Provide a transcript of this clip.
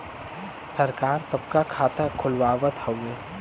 सरकार सबका खाता खुलवावत हउवे